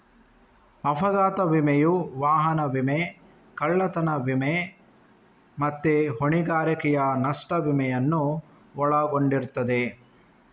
ಅಪಘಾತ ವಿಮೆಯು ವಾಹನ ವಿಮೆ, ಕಳ್ಳತನ ವಿಮೆ ಮತ್ತೆ ಹೊಣೆಗಾರಿಕೆಯ ನಷ್ಟ ವಿಮೆಯನ್ನು ಒಳಗೊಂಡಿರ್ತದೆ